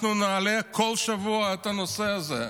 אנחנו נעלה בכל שבוע את הנושא הזה.